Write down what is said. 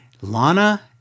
Lana